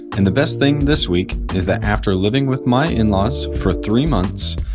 and the best thing this week is that after living with my in-laws for three months,